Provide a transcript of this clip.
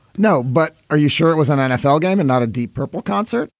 no. but are you sure it was an nfl game and not a deep purple concert?